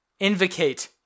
Invocate